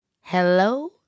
Hello